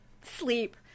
Sleep